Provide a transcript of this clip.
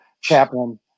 chaplain